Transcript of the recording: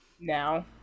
Now